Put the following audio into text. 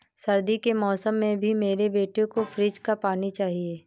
सर्दी के मौसम में भी मेरे बेटे को फ्रिज का पानी चाहिए